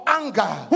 anger